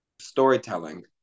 Storytelling